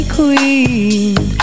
Queen